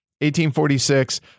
1846